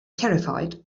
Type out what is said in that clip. terrified